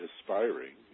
aspiring